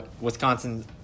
Wisconsin